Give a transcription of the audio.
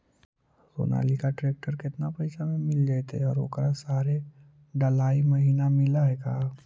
Sonalika tractor केतना पैसा में मिल जइतै और ओकरा सारे डलाहि महिना मिलअ है का?